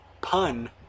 pun